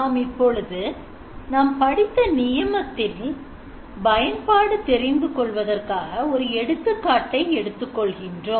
நாம் இப்பொழுது நாம் படித்த நியமத்தில் பயன்பாடு தெரிந்து கொள்வதற்காக ஒரு எடுத்துக்காட்டை எடுத்துக் கொள்கின்றோம்